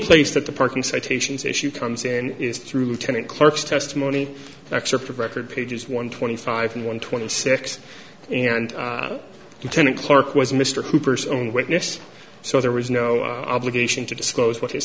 place that the parking citations issue comes in is through tenant clarke's testimony an excerpt of record pages one twenty five and one twenty six and utena clarke was mr cooper's own witness so there was no obligation to disclose what his